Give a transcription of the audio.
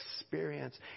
experience